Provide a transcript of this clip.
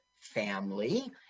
family